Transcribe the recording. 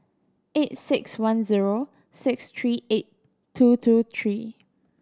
eight six one zero six three eight two two three